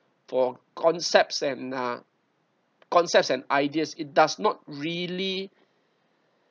for concepts and uh concepts and ideas it does not really